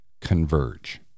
converge